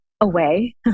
away